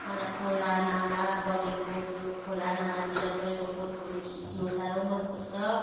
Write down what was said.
मलाई खोला नाला बगेको त्यो खोला नालातिर गएर फोटोहरू खिच्नु साह्रो मन पर्छ